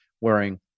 wearing